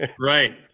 Right